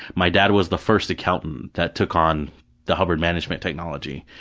my dad was the first accountant that took on the hubbard management technology,